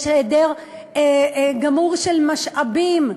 יש היעדר גמור של משאבים.